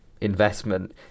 investment